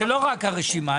לא רק הרשימה.